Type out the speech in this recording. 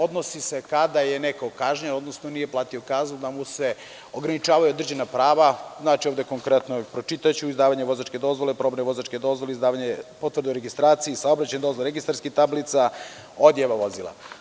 Odnosi se kada je neko kažnjen, odnosno nije platio kaznu, da mu se ograničavaju određena prava, znači ovde konkretno pročitaću – izdavanje vozačke dozvole, probne vozačke dozvole, izdavanje potvrde o registraciji, saobraćajne dozvole, registarskih tablica, odjava vozila.